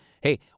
hey